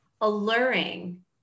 alluring